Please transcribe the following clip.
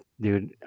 Dude